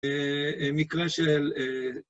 אה... אה... מקרה של אה...